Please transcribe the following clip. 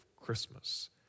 Christmas